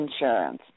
insurance